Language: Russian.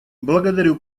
благодарю